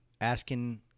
asking